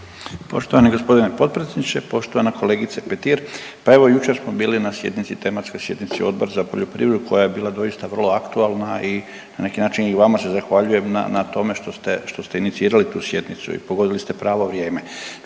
Poštovani g. potpredsjedniče, poštovana kolegice Petir. Pa evo jučer smo bili na sjednici, tematskoj sjednici Odbora za poljoprivredu koja je bila doista vrlo aktualna i na neki način i vama se zahvaljujem na tome što ste inicirali tu sjednicu i pogodili ste pravo vrijeme.